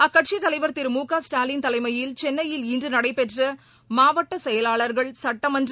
அக்கட்சித் தலைவர் திரு மு க ஸ்டாலின் தலைமையில் சென்னையில் இன்று நடைபெற்ற மாவட்ட செயலாளர்கள் சுட்டமன்ற